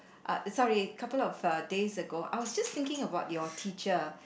uh sorry couple of uh days ago I was just thinking about your teacher